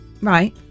right